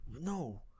no